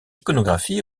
iconographie